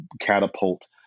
catapult